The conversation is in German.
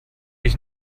ich